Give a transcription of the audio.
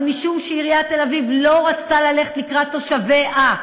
אבל משום שעיריית תל-אביב לא רצתה ללכת לקראת תושביה,